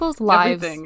lives